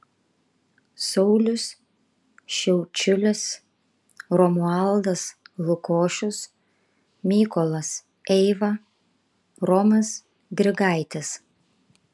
saulius šiaučiulis romualdas lukošius mykolas eiva romas grigaitis